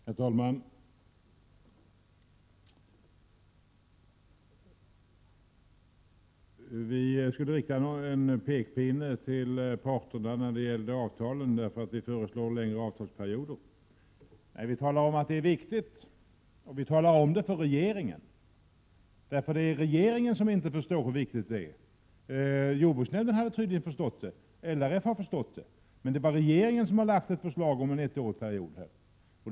Herr talman! Det sägs att vi skulle ha riktat pekpinnar till parterna när de gäller avtalen, eftersom vi föreslår längre avtalsperioder. Nej, vi talar om at 148 det är viktigt, och vi talar om det för regeringen, eftersom det är regeringe: som inte förstår hur viktigt det är. Jordbruksnämnden har tydligen förstått det, och LRF har förstått det, men det är regeringen som har föreslagit att avtalsperioden skall vara ettårig.